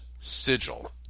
Sigil